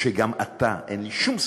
שגם אתה, אין לי שום ספק,